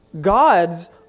God's